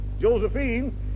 Josephine